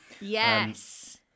yes